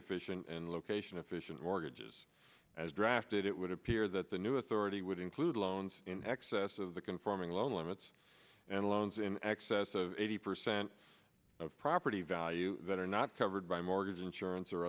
efficient and location efficient mortgages as drafted it would appear that the new authority would include loans in excess of the conforming loan limits and loans in excess of eighty percent of property value that are not covered by mortgage insurance or